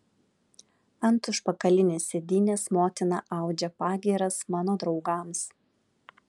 ant užpakalinės sėdynės motina audžia pagyras mano draugams